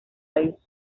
eyes